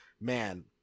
man